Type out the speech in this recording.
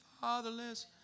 fatherless